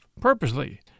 purposely